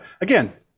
again